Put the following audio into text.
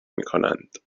میکنند